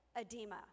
edema